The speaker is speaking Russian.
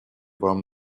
вам